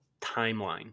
timeline